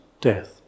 death